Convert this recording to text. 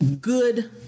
good